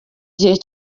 gihe